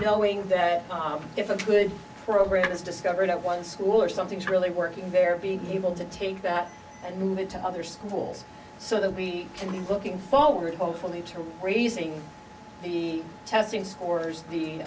knowing that if a good program is discovered at one school or something is really working they're being able to take that and move it to other schools so that we can be looking forward hopefully to raising the testing scores the